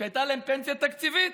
שהייתה להם פנסיה תקציבית,